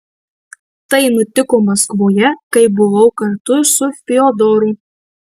tai nutiko maskvoje kai buvau kartu su fiodoru